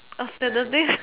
statistic